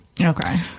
Okay